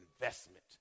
investment